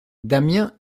damiens